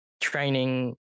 training